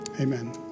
amen